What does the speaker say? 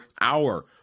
hour